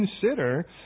consider